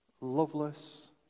loveless